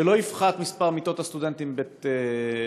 שלא יפחת מספר מיטות הסטודנטים בבית-מילמן,